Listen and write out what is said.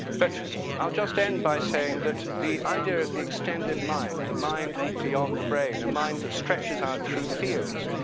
but i'll just end by saying that the idea of the extended mind, the mind beyond the brain, a mind that stretches out through fields,